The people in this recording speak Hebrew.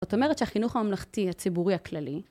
זאת אומרת שהחינוך ההמלכתי הציבורי הכללי